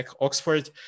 Oxford